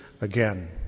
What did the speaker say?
again